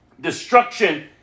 destruction